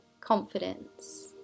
confidence